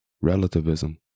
relativism